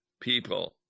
people